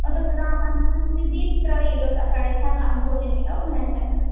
साढ़े बड़े आराम कन्नै बेफिक्रा होइयै भोजन तुस इत्थें ग्रैह्ण करी सकने